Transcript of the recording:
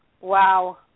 wow